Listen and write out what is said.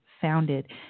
founded